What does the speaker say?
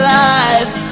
life